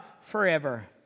forever